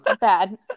bad